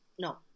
no